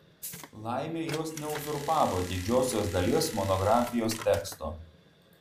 laimei jos neuzurpavo didžiosios dalies monografijos teksto